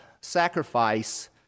sacrifice